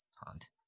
Hunt